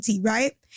right